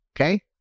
okay